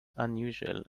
unusual